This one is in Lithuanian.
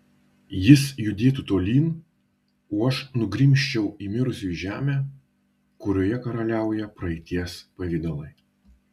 jis judėtų tolyn o aš nugrimzčiau į mirusiųjų žemę kurioje karaliauja praeities pavidalai